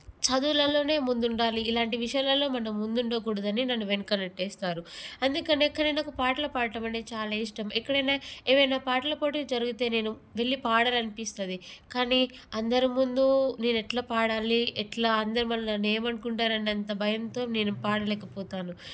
చదువులల్లోనే ముందుండాలి ఇలాంటి విషయాల్లో మనం ముందు ఉండకూడదని నన్ను వెనక్కి నెట్టేస్తారు అందుకని ఎక్కడేనా నాకు పాటలు పాడటం అంటే చాలా ఇష్టం ఎక్కడైనా ఏమైనా పాటలు పోటీలు జరిగితే నేను వెళ్ళి పాడాలనిపిస్తుంది కానీ అందరి ముందు నేను ఎలా పాడాలి ఎలా అందరు మళ్ళీ నన్ను ఏమనుకుంటారో అని అంత భయంతో నేను పాడలేక పోతాను